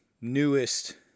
newest